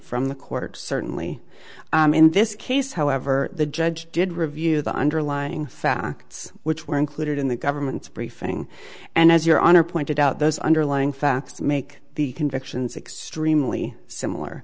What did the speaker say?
from the court certainly in this case however the judge did review the underlying facts which were included in the government's briefing and as your honor pointed out those underlying facts make the convictions extremely similar